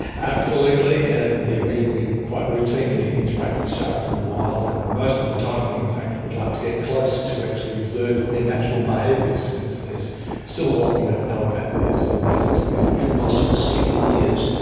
absolutely, and yeah we we quite routinely interact with sharks in the wild, and most of the time we in fact would like to get close to actually observe their natural behaviours behaviours since there is still a lot we don't know about these amazing species. you haven't lost a student in years.